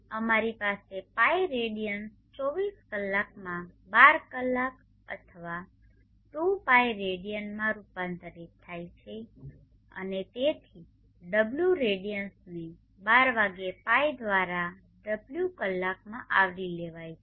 અમારી પાસે pi radians 24 કલાકમાં 12 કલાક અથવા 2 pi રેડિયનમાં રૂપાંતરિત થાય છે અને તેથી ω રેડિયન્સને 12 વાગ્યે pi દ્વારા ω કલાકમાં આવરી લેવામાં આવે છે